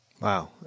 Wow